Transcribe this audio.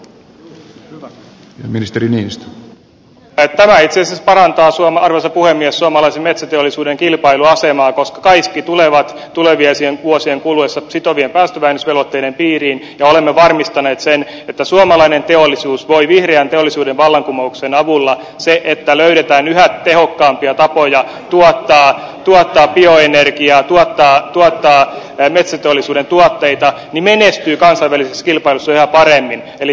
tämä itse asiassa parantaa arvoisa puhemies suomalaisen metsäteollisuuden kilpailuasemaa koska kaikki tulevat tulevien vuosien kuluessa sitovien päästövähennysvelvotteiden piiriin ja olemme varmistaneet sen että suomalainen teollisuus vihreän teollisuuden vallankumouksen avulla kun löydetään yhä tehokkaampia tapoja tuottaa bioenergiaa tuottaa metsäteollisuuden tuotteita menestyy kansainvälisessä kilpailussa yhä paremmin